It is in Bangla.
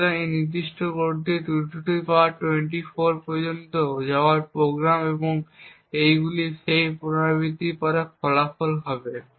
সুতরাং এই নির্দিষ্ট কোডটি 224 পর্যন্ত যাওয়ার প্রোগ্রাম এবং এইগুলি সেই পুনরাবৃত্তির পরে ফলাফল হবে